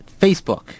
Facebook